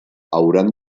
hauran